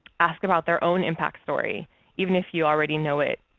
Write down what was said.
ask about their own impact story even if you already know it.